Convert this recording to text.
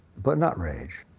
but not rage.